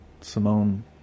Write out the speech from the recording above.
Simone